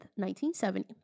1970